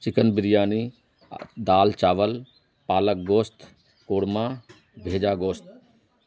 chicken biryani دال چاول پالک گوشت قورمہ بھیجا گوشت